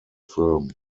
film